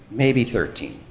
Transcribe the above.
maybe thirteen.